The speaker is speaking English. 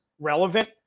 relevant